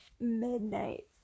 midnight